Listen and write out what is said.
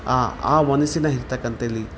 ಆ ಆ ಮನಸಿನ ಇರ್ತಕ್ಕಂಥ ಇಲ್ಲಿ